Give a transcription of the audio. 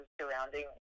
surrounding